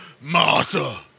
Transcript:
Martha